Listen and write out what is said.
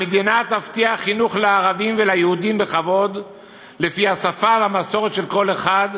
המדינה תבטיח חינוך לערבים וליהודים בכבוד לפי השפה והמסורת של כל אחד.